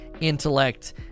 intellect